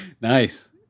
nice